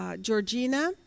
Georgina